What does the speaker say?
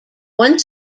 one